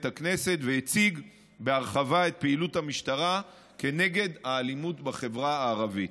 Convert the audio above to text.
הכנסת והציג בהרחבה את פעילות המשטרה כנגד האלימות בחברה הערבית.